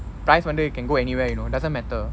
price வந்து:vanthu can go anywhere you know it doesn't matter